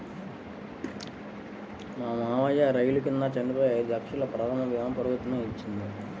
మా మావయ్య రైలు కింద చనిపోతే ఐదు లక్షల ప్రమాద భీమా ప్రభుత్వమే ఇచ్చింది